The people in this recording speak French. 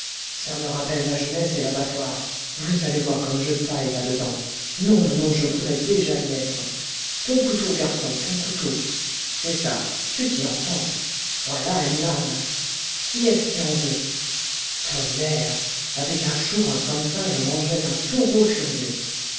ça me rappelle ma jeunesse et l'abattoir vous allez voir comme je taille là-dedans nom de nom je voudrais déjà y être ton couteau garçon ton couteau c'est ça tu t'y entends voilà une lame qui est-ce qui en veut tonnerre avec un chourin comme ça je mangerais un taureau furieux